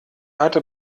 hatte